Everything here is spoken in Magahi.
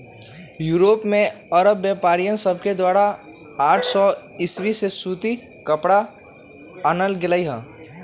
यूरोप में अरब व्यापारिय सभके द्वारा आठ सौ ईसवी में सूती कपरा आनल गेलइ